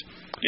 Yes